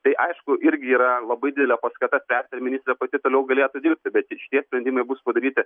tai aišku irgi yra labai didelė paskata spręsti ar ministrė pati toliau galėtų dirbti bet ir šitie sprendimai bus padaryti